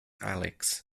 alex